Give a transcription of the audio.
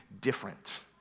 different